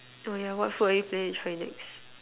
oh yeah what food are you planning to try next